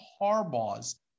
Harbaugh's